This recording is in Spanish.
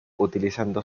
utilizando